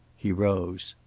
he rose.